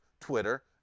Twitter